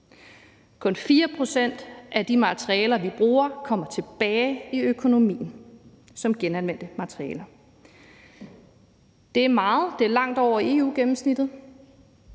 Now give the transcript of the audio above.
kun 4 pct. af de materialer, vi bruger, kommer tilbage i økonomien som genanvendte materialer. Det er meget; det er langt over EU-gennemsnittet.